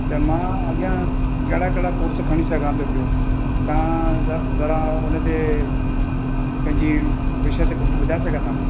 त मां अॻियां कहिड़ा कहिड़ा कोर्स खणी सघां थो पियो तव्हां ज़रा हुन ते पंहिंजी विषय ते भुगियूं ॿुधाए सघंदा